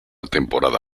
temporada